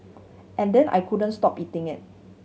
and then I couldn't stop eating it